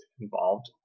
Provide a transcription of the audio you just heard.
involved